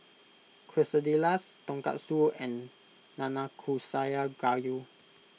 Quesadillas Tonkatsu and Nanakusa Gayu